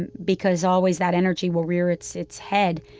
and because always that energy will rear its its head,